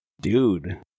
Dude